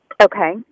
Okay